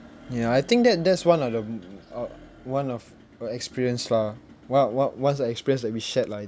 ya I think that that's one of the m~ uh one of a experience lah what what what’s the experience that we shared lah